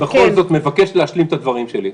אני בכל זאת מבקש להשלים את הדברים שלי.